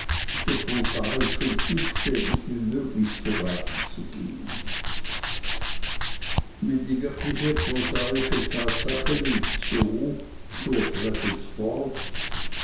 und buchstäblich wie möglich zu rate zu gehen die wirkliche prosaische tatsache liegt so fuhr traddles fort